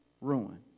ruin